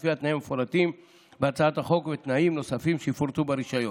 לפי תנאים המפורטים בהצעת החוק ותנאים נוספים שיפורטו ברישיון.